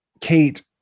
Kate